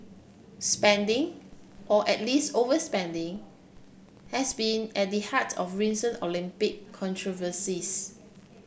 spending or at least overspending has been at the heart of recent Olympic controversies